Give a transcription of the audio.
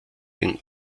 den